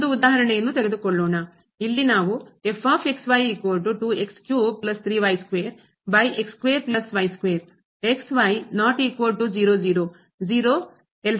ಮತ್ತೊಂದು ಉದಾಹರಣೆಯನ್ನು ತೆಗೆದುಕೊಳ್ಳೋಣ ಇಲ್ಲಿ ನಾವು ಇಲ್ಲಿ ನಾವು ಮತ್ತು 0 ಬಿಂದುವಿಲ್ಲಿ ಪಡೆಯೋಣ